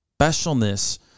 specialness